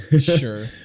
Sure